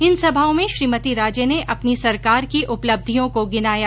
इन सभाओं में श्रीमती राजे ने अपनी संरकार की उपलब्धियों को गिनाया